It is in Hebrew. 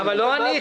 אבל לא ענית.